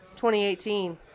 2018